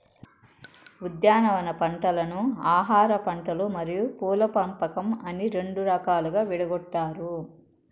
ఉద్యానవన పంటలను ఆహారపంటలు మరియు పూల పంపకం అని రెండు రకాలుగా విడగొట్టారు